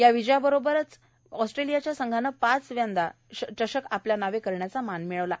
या विजया बरोबरच ऑस्ट्रेलियाच्या संघानं पाच वेळा चषक आपल्या नावे करण्याचा मान मिळवला आहे